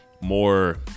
more